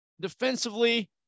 defensively